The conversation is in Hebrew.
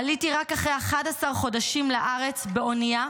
עליתי רק אחרי 11 חודשים לארץ באונייה,